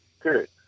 period